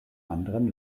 anderen